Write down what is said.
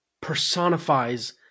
personifies